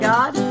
God